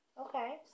Okay